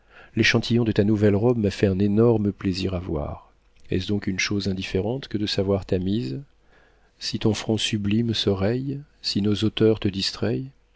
l'échantillon de ta nouvelle robe m'a fait un énorme plaisir à voir est-ce donc une chose indifférente que de savoir ta mise si ton front sublime se raye si nos auteurs te